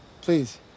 please